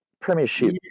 Premiership